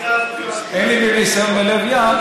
אין לי ניסיון בלב ים,